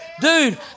Dude